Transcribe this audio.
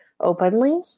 openly